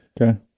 Okay